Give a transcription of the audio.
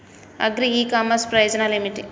Agri e commerce ప్రయోజనాలు ఏమిటి?